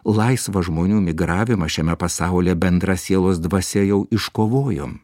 laisvą žmonių migravimą šiame pasaulyje bendra sielos dvasia jau iškovojom